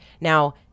Now